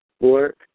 work